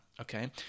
okay